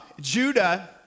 Judah